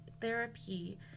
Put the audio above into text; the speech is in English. therapy